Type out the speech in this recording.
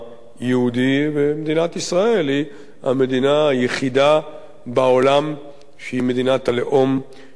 ומדינת ישראל היא המדינה היחידה בעולם שהיא מדינת הלאום של העם היהודי.